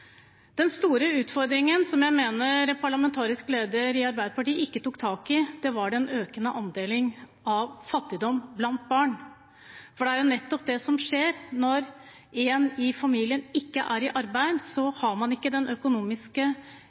Den store utfordringen som jeg mener parlamentarisk leder i Arbeiderpartiet ikke tok tak i, var den økende andelen av fattige barn. Det er nettopp det som skjer når en i familien ikke er i arbeid, da har man ikke den økonomiske